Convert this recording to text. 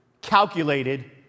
calculated